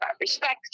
respect